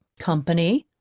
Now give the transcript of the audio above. company?